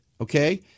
okay